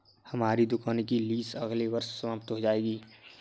हमारी दुकान की लीस अगले वर्ष समाप्त हो जाएगी